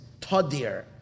tadir